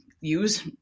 use